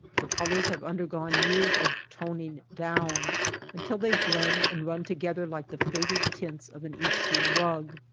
the colors have undergone years of toning down until they blend and run together like the faded tints of an eastern rug.